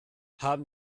haben